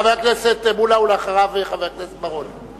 חבר הכנסת מולה, ולאחריו, חבר הכנסת בר-און.